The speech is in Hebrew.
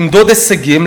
למדוד הישגים,